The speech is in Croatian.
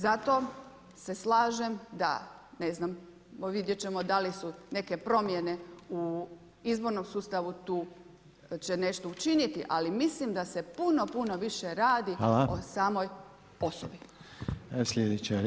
Zato se slažem da ne znam, vidjeti ćemo da li su neke promjene u izbornom sustavu tu će nešto učiniti ali mislim da se puno, puno više radi o samoj osobi.